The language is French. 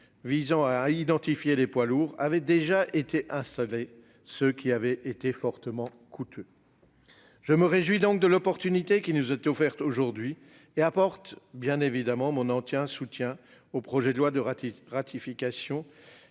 visant à identifier les poids lourds avaient déjà été installés ; cela avait été fortement coûteux. Je me réjouis donc de l'occasion qui nous est offerte aujourd'hui et j'apporte bien évidemment mon entier soutien au projet de loi de ratification,